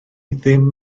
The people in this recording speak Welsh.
ddim